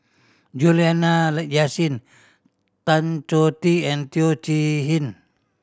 Juliana Yasin Tan Choh Tee and Teo Chee Hean